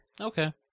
Okay